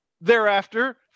thereafter